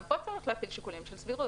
גם פה צריך להפעיל שיקולים של סבירות,